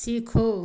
सीखो